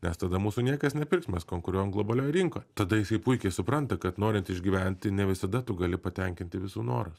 nes tada mūsų niekas nepirks mes konkuruojam globalioj rinkoj tada jisai puikiai supranta kad norint išgyventi ne visada tu gali patenkinti visų norus